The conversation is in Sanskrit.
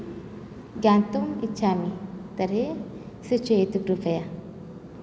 ज्ञान्तुम् इच्छामि तर्हि सूचयतु कृपया